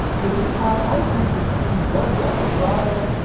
which is why i think the supreme court, and justice breyer,